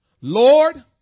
lord